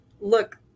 look